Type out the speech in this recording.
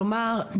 כלומר,